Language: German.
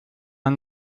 ein